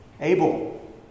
Abel